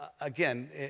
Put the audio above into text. again